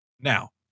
Now